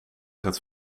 gaat